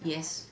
yes